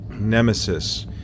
nemesis